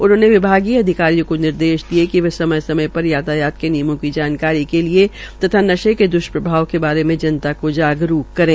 उन्होंने विभागीय के अधिकारियों को निर्देश दिए कि वे समय समय पर यातायात के नियमों की जानकारी के लिए तथा नशे के दृष्प्रभाव के बारे में जनता को जागरूक करें